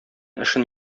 эшен